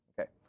Okay